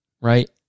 Right